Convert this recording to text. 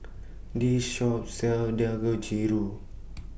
This Shop sells Dangojiru